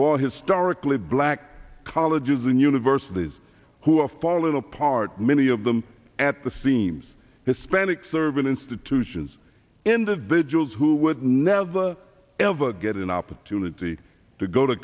for historically black colleges and universities who are falling apart many of them at the seams hispanic serving institutions individuals who would never ever get an opportunity to go to